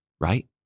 right